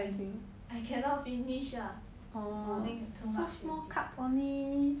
I cannot finish lah morning too much already